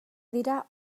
dira